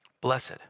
Blessed